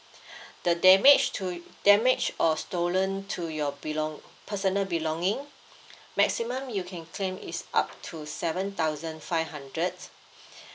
the damage to damage or stolen to your belong~ personal belonging maximum you can claim is up to seven thousand five hundred